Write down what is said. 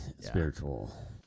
spiritual